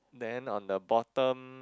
then on the bottom